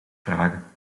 vragen